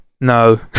no